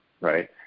right